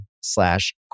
slash